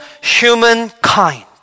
humankind